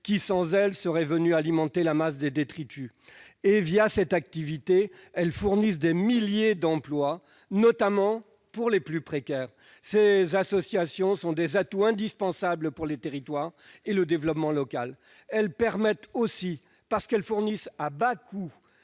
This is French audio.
qui, sans elles, seraient venus alimenter la masse des détritus. Via cette activité, elles fournissent des milliers d'emplois, notamment pour les plus précaires. Ces associations sont des atouts indispensables pour les territoires et le développement local. Elles permettent aussi, parce qu'elles fournissent à bas coûts